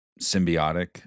symbiotic